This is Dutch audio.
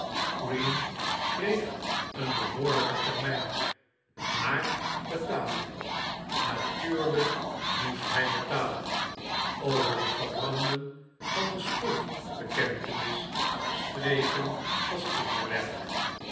green kreeg een behoorlijken termijn maar betalen natuurlijk moest hij betalen over het verbranden van een schuldbekentenis spreken was kinderwerk